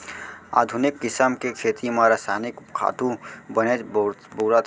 आधुनिक किसम के खेती म रसायनिक खातू बनेच बउरत हें